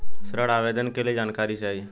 ऋण आवेदन के लिए जानकारी चाही?